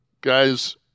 guys